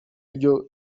ryo